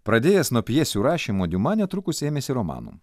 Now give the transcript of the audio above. pradėjęs nuo pjesių rašymo diuma netrukus ėmėsi romanų